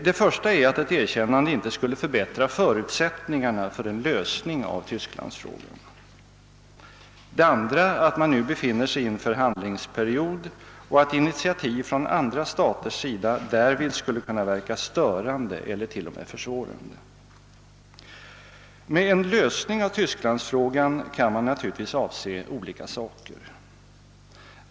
Det första är att ett erkännande inte skulle förbättra förutsättningarna för en lösning av Tysklandsfrågan. Det andra är att man nu befinner sig i en förhandlingsperiod och satt initiativ från andra staters sida därvid skulle kunna verka störande eller t.o.m. försvårande. Med en lösning av Tysklandsfrågan kan man naturligtvis avse olika saker.